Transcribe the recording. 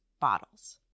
bottles